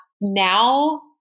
now